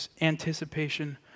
anticipation